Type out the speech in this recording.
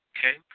Okay